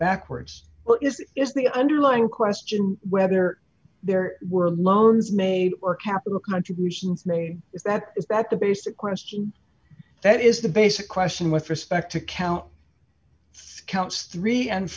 backwards but is is the underlying question whether there were loans made or capital contributions made is that is that the basic question that is the basic question with respect to count three counts three and